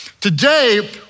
Today